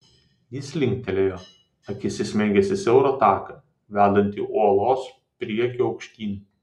jis linktelėjo akis įsmeigęs į siaurą taką vedantį uolos priekiu aukštyn